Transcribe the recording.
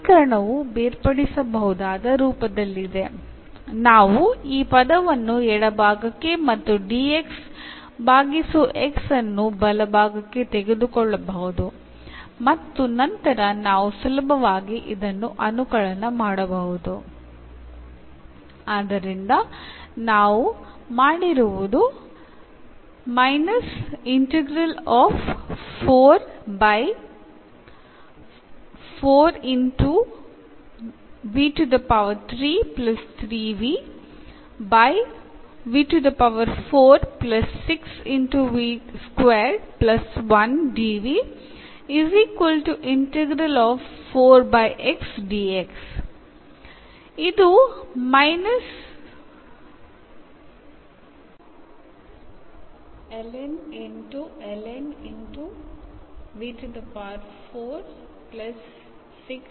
നമുക്ക് വലതുവശത്തെ പദം ഇടത് വശത്തേക്കും നെ വലതുവശത്തേക്കും കൊണ്ടുപോകാം തുടർന്ന് നമുക്ക് എളുപ്പത്തിൽ ഇൻറെഗ്രേറ്റ് ചെയ്യാൻ കഴിയും